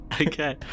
Okay